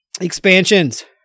Expansions